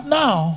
now